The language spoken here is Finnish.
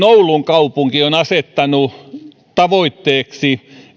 oulun kaupunki on asettanut tavoitteeksi